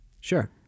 Sure